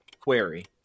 Query